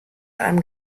einem